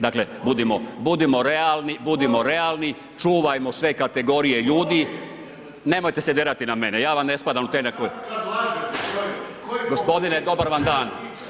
Dakle, budimo realni, budimo realni, čuvajmo sve kategorije ljudi, nemojte se derati na mene, ja vam ne spadam u te [[Upadica: Kad lažete čovječe.]] gospodine dobar vam dan.